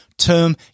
term